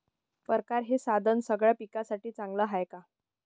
परकारं हे साधन सगळ्या पिकासाठी चांगलं हाये का?